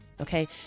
okay